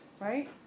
right